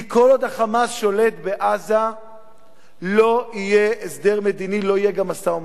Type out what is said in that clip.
כי כל עוד ה"חמאס" שולט בעזה לא יהיה הסדר מדיני ולא יהיה גם משא-ומתן.